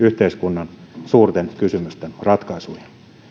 yhteiskunnan suurten kysymysten ratkaisuihin